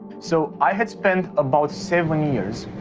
so i had spent about seven years